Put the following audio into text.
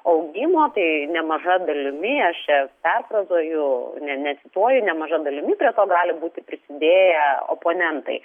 augimo tai nemaža dalimi aš čia perfrazuoju ne nes toji nemaža dalimi prie to gali būti prisidėję oponentai